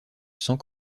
sans